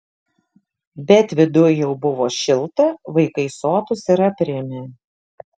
bet viduj jau buvo šilta vaikai sotūs ir aprimę